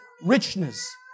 richness